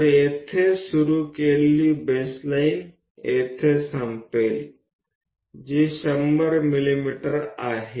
तर येथे सुरू केलेली बेसलाइन येथे संपेल जी 100 मिलीमीटर आहे